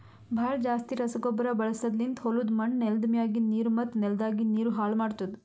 ಭಾಳ್ ಜಾಸ್ತಿ ರಸಗೊಬ್ಬರ ಬಳಸದ್ಲಿಂತ್ ಹೊಲುದ್ ಮಣ್ಣ್, ನೆಲ್ದ ಮ್ಯಾಗಿಂದ್ ನೀರು ಮತ್ತ ನೆಲದಾಗಿಂದ್ ನೀರು ಹಾಳ್ ಮಾಡ್ತುದ್